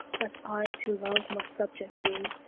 that i to love must subject be,